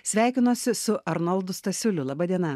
sveikinuosi su arnoldu stasiuliu laba diena